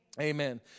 Amen